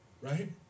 Right